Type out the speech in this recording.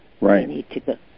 Right